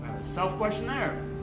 self-questionnaire